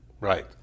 Right